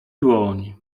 dłoń